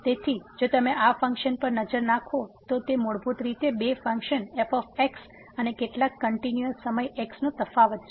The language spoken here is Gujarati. તેથી જો તમે આ ફંક્શન પર નજર નાખો તો તે મૂળભૂત રીતે બે ફંક્શન f અને કેટલાક કંટીન્યુઅસ સમય x નો તફાવત છે